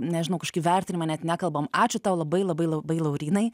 nežinau kažkaip vertinimą net nekalbam ačiū tau labai labai labai laurynai